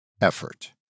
Effort